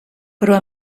però